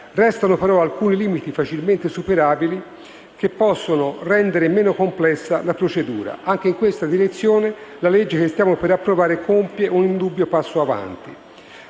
Restano però alcuni limiti facilmente superabili che possono rendere meno complessa la procedura. Anche in questa direzione, il provvedimento che stiamo per approvare compie un indubbio passo in avanti.